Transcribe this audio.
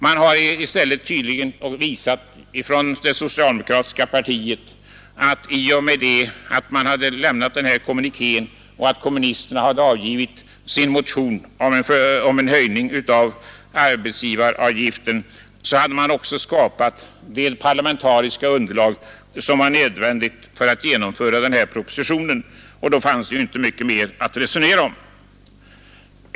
Från det socialdemokratiska partiet har man tvärtom tydligt visat att man, i och med att man lämnat sin kommuniké och i och med att kommunisterna väckt sin motion om en höjning av arbetsgivaravgiften, ansett sig ha skapat det parlamentariska underlag som är nödvändigt för att genomdriva propositionen. Då fanns det ju inte mycket mer att resonera om.